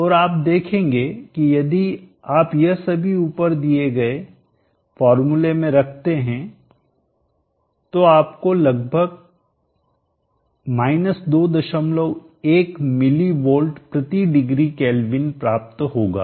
और आप देखेंगे कि यदि आप यह सभी ऊपर दिए गए फार्मूले में रखते हैं तो आपको लगभग 21 मिली वोल्ट प्रति डिग्री केल्विन प्राप्त होगा